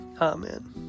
Amen